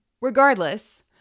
Regardless